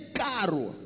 caro